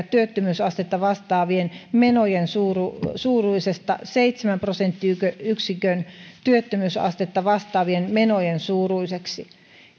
työttömyysastetta vastaavien menojen suuruisesta seitsemän prosenttiyksikön työttömyysastetta vastaavien menojen suuruiseksi